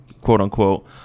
quote-unquote